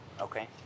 Okay